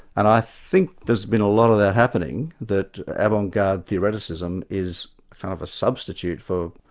and i think there's been a lot of that happening that avant-garde theoreticism is kind of a substitute for,